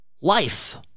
life